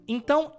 Então